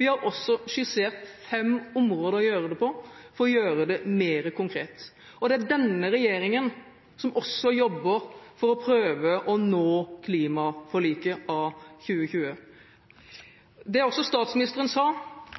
Vi har også skissert fem områder å gjøre det på, for å gjøre det mer konkret. Det er denne regjeringen som også jobber for å prøve å nå klimaforliket av 2020. Som statsministeren sa: